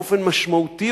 באופן משמעותי,